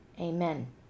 amen